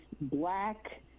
black